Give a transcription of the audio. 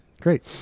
Great